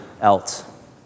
else